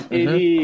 ele